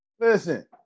Listen